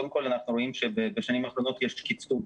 קודם כל אנחנו רואים שבשנים האחרונות יש קיצוץ.